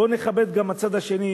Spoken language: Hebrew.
בואו נכבד גם את הצד השני,